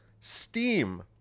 steam